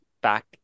back